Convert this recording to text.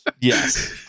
yes